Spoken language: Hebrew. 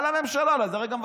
על הממשלה, על הדרג המבצע.